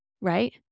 right